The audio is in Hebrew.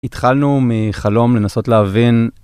התחלנו מחלום לנסות להבין.